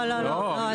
לא, לא, אדוני לא.